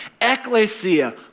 Ecclesia